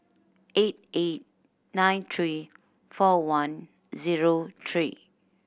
eight eight nine three four one zero three